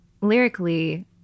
lyrically